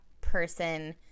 person